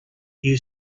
you